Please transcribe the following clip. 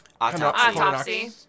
autopsy